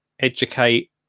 educate